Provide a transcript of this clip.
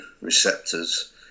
receptors